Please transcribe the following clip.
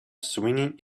swinging